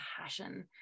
passion